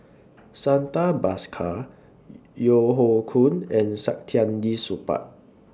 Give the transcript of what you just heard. Santha Bhaskar Yeo Hoe Koon and Saktiandi Supaat